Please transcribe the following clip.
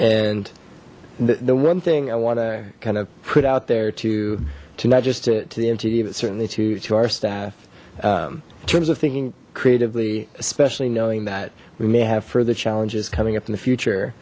the the one thing i want to kind of put out there to to not just it to the mtv but certainly to to our staff terms of thinking creatively especially knowing that we may have further challenges coming up in the future